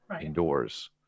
indoors